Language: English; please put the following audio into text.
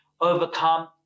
overcome